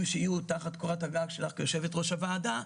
שיהיו תחת קורת הגג שלך יושבת ראש הוועדה,